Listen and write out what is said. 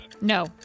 No